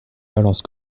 balance